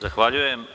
Zahvaljujem.